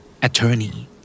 Attorney